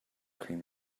cream